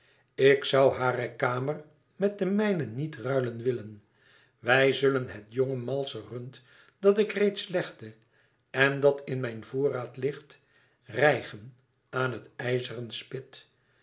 ik zoû hare kamer met de mijne niet ruilen willen wij zullen het jonge malsche rund dat ik reeds legde en dat in mijn voorraad ligt rijgen aan het ijzeren spit